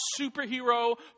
superhero